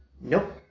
Nope